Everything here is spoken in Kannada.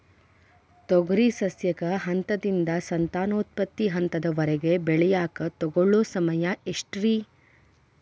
ತೊಗರಿ ಸಸ್ಯಕ ಹಂತದಿಂದ, ಸಂತಾನೋತ್ಪತ್ತಿ ಹಂತದವರೆಗ ಬೆಳೆಯಾಕ ತಗೊಳ್ಳೋ ಸಮಯ ಎಷ್ಟರೇ?